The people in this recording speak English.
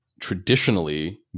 traditionally